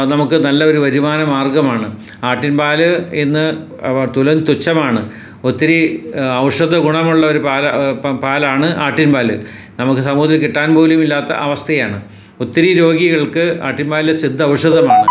നമുക്ക് നല്ല ഒരു വരുമാന മാർഗമാണ് ആട്ടിൻ പാൽ ഇന്ന് തുച്ഛമാണ് ഒത്തിരി ഔഷധ ഗുണമുള്ള ഒരു പാലാണ് ഇപ്പം പാലാണ് ആട്ടിൻ പാൽ നമുക്ക് സമൂഹത്തിൽ കിട്ടാൻ പോലും ഇല്ലാത്ത അവസ്ഥയാണ് ഒത്തിരി രോഗികൾക്ക് ആട്ടിൻ പാൽ സിദ്ധ ഔഷധമാണ്